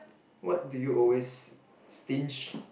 what do you always stinged